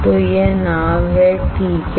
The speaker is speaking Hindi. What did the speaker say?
तो यह नाव है ठीक है